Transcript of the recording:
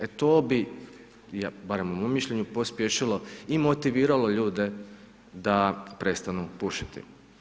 E to bi, barem u mom mišljenju pospješilo i motiviralo ljude da prestanu pušiti.